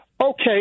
Okay